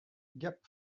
gap